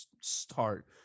start